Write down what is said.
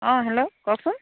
অঁ হেল্ল' কওকচোন